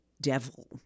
devil